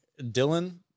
Dylan